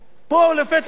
לפתע פתאום,